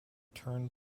turned